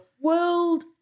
World